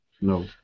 No